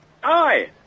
Hi